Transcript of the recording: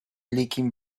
leaking